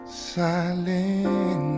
Silent